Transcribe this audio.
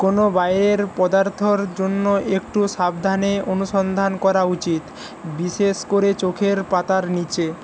কোনও বাইরের পদার্থর জন্য একটু সাবধানে অনুসন্ধান করা উচিত বিশেষ করে চোখের পাতার নীচে